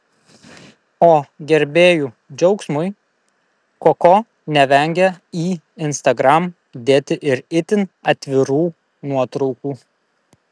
o gerbėjų džiaugsmui koko nevengia į instagram dėti ir itin atvirų nuotraukų